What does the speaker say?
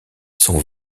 son